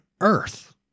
earth